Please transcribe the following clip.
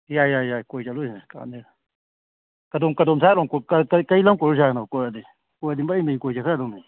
ꯌꯥꯏ ꯌꯥꯏ ꯌꯥꯏ ꯀꯣꯏꯆꯠꯂꯨꯁꯦ ꯀꯥꯟꯅꯗꯦ ꯀꯗꯣꯝ ꯀꯗꯣꯝ ꯁꯥꯏꯗ ꯔꯣꯝ ꯀꯔꯤ ꯀꯔꯤ ꯂꯝ ꯀꯣꯏꯔꯨꯁꯦ ꯍꯥꯏꯅꯣ ꯀꯣꯏꯔꯗꯤ ꯀꯣꯏꯔꯗꯤ ꯃꯔꯤ ꯃꯔꯤ ꯀꯣꯏꯔ ꯆꯠꯈ꯭ꯔꯗꯧꯅꯦ